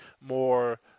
more